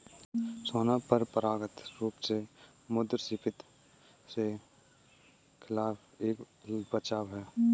सोना परंपरागत रूप से मुद्रास्फीति के खिलाफ एक बचाव है